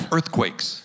Earthquakes